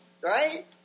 right